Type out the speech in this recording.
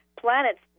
planets